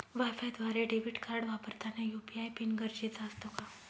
वायफायद्वारे debit card वापरताना UPI PIN गरजेचा असतो का?